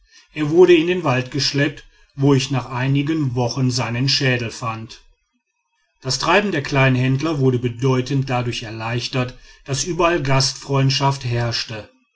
er wurde in den wald geschleppt wo ich nach einigen wochen seinen schädel fand das treiben der kleinen händler wurde bedeutend dadurch erleichtert daß überall gastfreundschaft herrschte